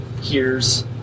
hears